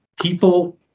people